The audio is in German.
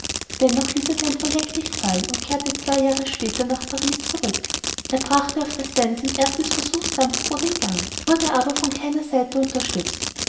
dennoch ließ er sein projekt nicht fallen und kehrte zwei jahre später nach paris zurück er brachte auf der seine sein erstes versuchs dampfboot in gang wurde aber von keiner seite unterstützt